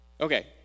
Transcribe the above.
Okay